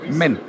men